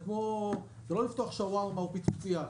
זה לא לפתוח שווארמה או פיצוצייה,